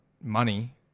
money